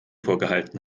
vorgehalten